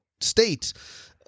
states